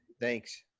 thanks